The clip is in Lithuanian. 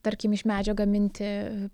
tarkim iš medžio gaminti